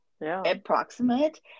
approximate